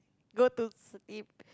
go to sleep